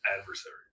adversary